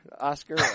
Oscar